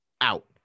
out